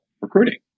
recruiting